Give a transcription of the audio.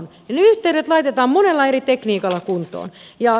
ja ne yhteydet laitetaan monella eri tekniikalla kuntoon